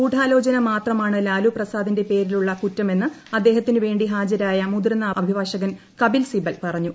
ഗൂഢാലോചന മാത്രമാണ് ലാലുപ്രസാദിന്റെ പേരിലുള്ള കുറ്റമെന്ന് അദ്ദേഹത്തിനുവേണ്ടി ഹാജരായ മുതിർന്ന അഭിഭാഷകൻ കപീൽ സിബൽ പറഞ്ഞു